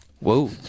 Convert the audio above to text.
Whoa